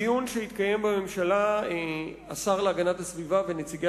בדיון שהתקיים בממשלה השר להגנת הסביבה ונציגי